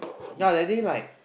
ya that day like